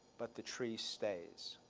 but the tree stays.